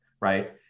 right